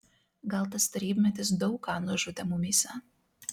gal tas tarybmetis daug ką nužudė mumyse